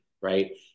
right